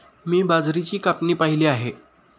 मी बाजरीची कापणी पाहिली आहे